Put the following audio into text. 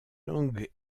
langue